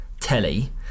Telly